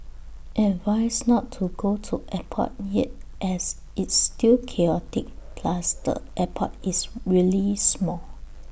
advised not to go to airport yet as it's still chaotic plus the airport is really small